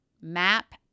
Map